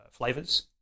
flavors